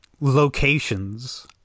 locations